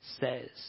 says